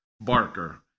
Barker